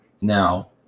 now